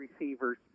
receivers